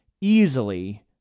easily